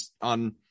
on